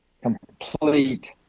complete